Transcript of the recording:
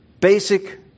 basic